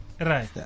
Right